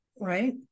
right